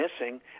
missing